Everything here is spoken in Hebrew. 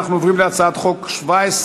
אנחנו עוברים להצעת חוק פ/1717/19,